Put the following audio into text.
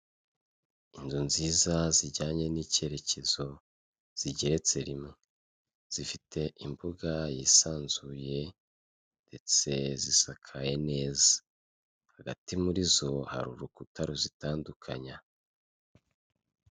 Inzu nziza zijyanye n'ikerekezo zigeretse rimwe zifite imbuga yisanzuye ndetse zisakaye neza hagati muri zo hari urukuta ruzitandukanya.